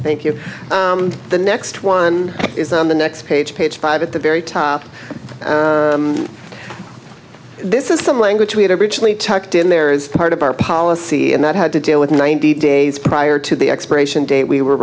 think you the next one is on the next page page five at the very top this is the language we had originally tucked in there is part of our policy and that had to deal with ninety days prior to the expiration date we were